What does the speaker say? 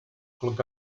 clog